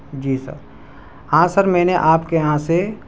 جی sir ہاں sir میں نے آپ کے یہاں سے